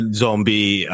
zombie